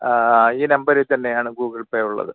ഈ നമ്പരിൽ തന്നെ ആണ് ഗൂഗ്ള് പേ ഉള്ളത്